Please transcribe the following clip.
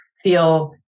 feel